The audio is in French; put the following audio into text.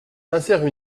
insère